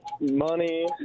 Money